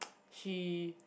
she